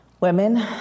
Women